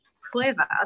clever